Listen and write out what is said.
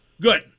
Good